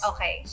Okay